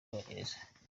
bwongereza